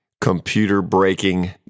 computer-breaking